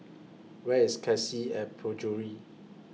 Where IS Cassia At Penjuru